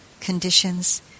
conditions